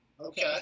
Okay